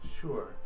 Sure